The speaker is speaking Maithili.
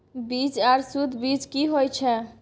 बीज आर सुध बीज की होय छै?